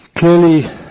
Clearly